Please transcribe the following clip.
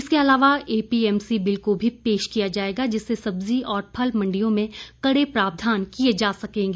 इसके अलावा APMC bill को भी पेश किया जाएगा जिससे सब्जी और फल मंडियों में कड़े प्रावधान किए जा सकेंगे